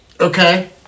Okay